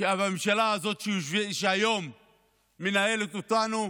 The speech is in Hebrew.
שבממשלה הזאת, שהיום מנהלת אותנו,